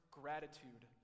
gratitude